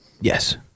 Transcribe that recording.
Yes